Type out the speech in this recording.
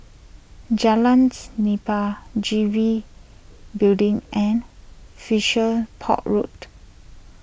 Jalan's Nipah G B Building and fisher Port Road